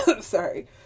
Sorry